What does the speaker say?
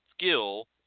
skill